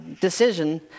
decision